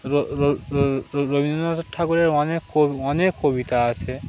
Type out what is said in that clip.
রবীন্দ্রনাথ ঠাকুরের অনেক অনেক কবিতা আছে